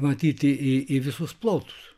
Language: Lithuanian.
matyti į į visus plotus